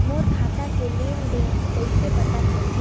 मोर खाता के लेन देन कइसे पता चलही?